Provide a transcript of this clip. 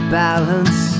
balance